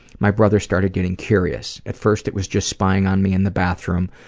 my brother started getting curious. at first, it was just spying on me in the bathroom,